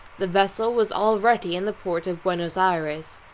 the vessel was already in the port of buenos ayres. ayres.